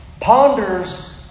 ponders